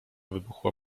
wybuchła